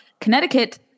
Connecticut